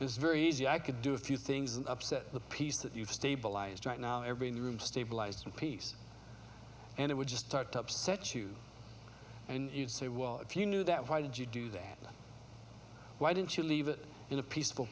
is very easy i could do a few things and upset the peace that you've stabilized right now every room stabilized and peace and it would just start to upset you and you'd say well if you knew that why did you do that why didn't you leave it in a peaceful